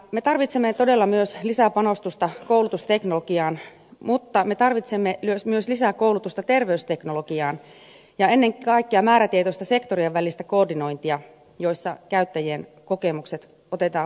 me tarvitsemme todella myös lisää panostusta koulutusteknologiaan mutta me tarvitsemme myös lisää koulutusta terveysteknologiaan ja ennen kaikkea määrätietoista sektorien välistä koordinointia jossa käyttäjien kokemukset otetaan huomioon